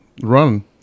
run